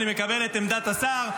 אני מקבל את עמדת השר.